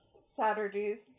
Saturdays